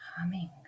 humming